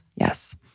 Yes